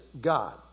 God